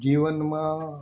જીવનમાં